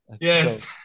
Yes